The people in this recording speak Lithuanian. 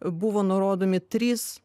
buvo nurodomi trys